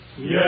Yes